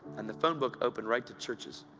and the phone book opened right to churches!